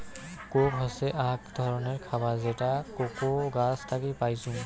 Coke হসে আক ধররনের খাবার যেটা কোকো গাছ থাকি পাইচুঙ